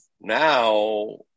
Now